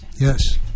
Yes